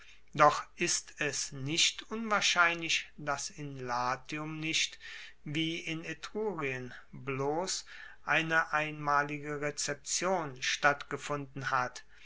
doch ist es nicht unwahrscheinlich dass in latium nicht wie in etrurien bloss eine einmalige rezeption stattgefunden hat